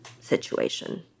situation